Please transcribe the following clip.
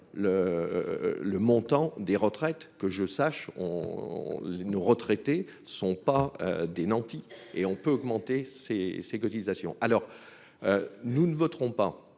le montant des retraites, que je sache on nous retraités sont pas des nantis et on peut augmenter ses ses cotisations, alors nous ne voterons pas